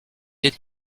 est